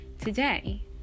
Today